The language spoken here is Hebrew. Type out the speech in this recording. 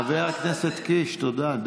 חברת הכנסת מלינובסקי, תודה.